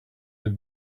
that